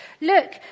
Look